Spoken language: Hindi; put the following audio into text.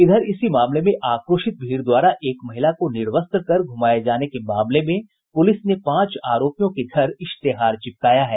इधर इसी मामले में आक्रोशित भीड़ द्वारा एक महिला को निर्वस्त्र घुमाये जाने के मामले में पुलिस ने पांच आरोपियों के घर इश्तेहार चिपकाया है